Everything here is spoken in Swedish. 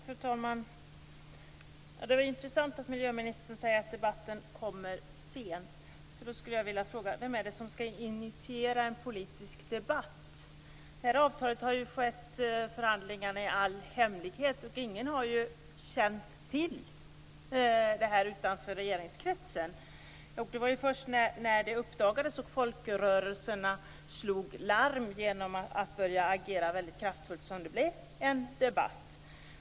Fru talman! Det är intressant att miljöministern säger att debatten kom i gång sent. Då skulle jag vilja fråga: Vem är det som skall initiera en politisk debatt? Förhandlingarna inför det här avtalet har ju förts i all hemlighet. Ingen utanför regeringskretsen har känt till någonting. Det var först när det uppdagades och folkrörelserna slog larm som det uppstod en debatt.